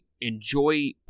enjoy